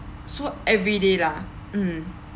so everyday lah mm